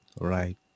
right